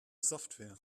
software